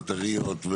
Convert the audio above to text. בטריות,